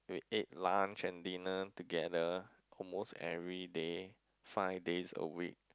we ate lunch and dinner together almost everyday five days a week